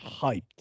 hyped